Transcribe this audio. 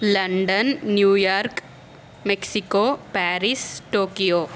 London New York Mexico Paris Tokyo